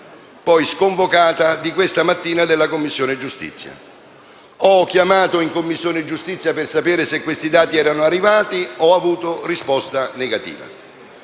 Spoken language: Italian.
poi sconvocata, di questa mattina della Commissione giustizia. Ho chiamato in Commissione giustizia per sapere se i dati fossero arrivati e ho ricevuto risposta negativa.